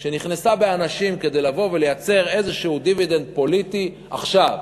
שנכנסה באנשים כדי לבוא ולייצר איזשהו דיבידנד פוליטי עכשיו.